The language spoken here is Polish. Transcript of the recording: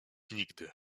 nigdy